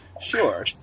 Sure